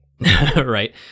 right